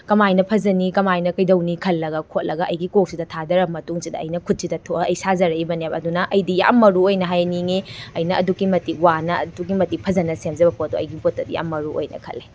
ꯀꯃꯥꯏꯅ ꯐꯖꯅꯤ ꯀꯃꯥꯏꯅ ꯀꯩꯗꯧꯅꯤ ꯈꯜꯂꯒ ꯈꯣꯠꯂꯒ ꯑꯩꯒꯤ ꯀꯣꯛꯁꯤꯗ ꯊꯥꯊꯔꯕ ꯃꯇꯨꯡꯁꯤꯗ ꯑꯩꯅ ꯈꯨꯠꯁꯤꯗ ꯑꯩꯅ ꯁꯥꯖꯔꯛꯂꯤꯕꯅꯤ ꯑꯗꯨꯅ ꯑꯩꯗꯤ ꯌꯥꯝ ꯃꯔꯨ ꯑꯣꯏꯅ ꯍꯥꯏꯅꯤꯡꯏ ꯑꯩꯅ ꯑꯗꯨꯛꯀꯤ ꯃꯇꯤꯛ ꯋꯥꯅ ꯑꯗꯨꯛꯀꯤ ꯃꯇꯤꯛ ꯐꯖꯅ ꯁꯦꯝꯖꯕ ꯄꯣꯠꯇꯣ ꯑꯩꯒꯤ ꯄꯣꯠꯇꯗꯤ ꯌꯥꯝ ꯃꯔꯨ ꯑꯣꯏ ꯍꯥꯏꯅ ꯈꯜꯂꯦ